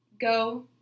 go